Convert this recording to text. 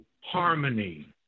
harmony